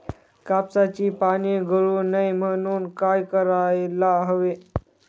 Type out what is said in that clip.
कापसाची पाने गळू नये म्हणून काय करायला हवे?